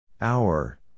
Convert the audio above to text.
Hour